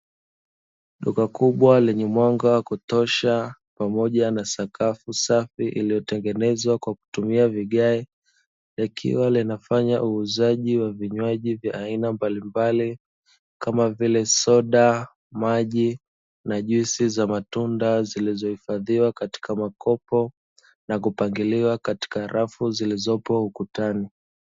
Duka kubwa lenye mwanga wa kutosha, pamoja na sakafu safi iliyotengenezwa kwa kutumia vigae, likiwa linafanya uuzaji wa vinywaji vya aina mbalimbali kama vile; soda, maji na juisi za matunda zilizohifadhiwa katika makopo, na kupangiliwa katika rafu zilizopo ukutani.